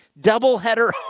Doubleheader